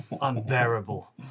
unbearable